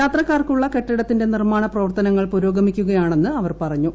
യാത്രക്കാർക്കുള്ള കെട്ടിടത്തിന്റെ നിർമ്മാണപ്രവർത്തനങ്ങൾ പുരോഗമിക്കുകയാണെന്നും അവർ പറഞ്ഞു